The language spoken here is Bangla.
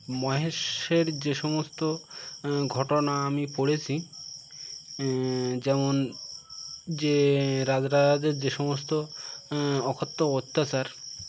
মহেশ্বের যে সমস্ত ঘটনা আমি পড়েছি যেমন যে রাজ রাজাজের যে সমস্ত অকথ্য অত্যাচার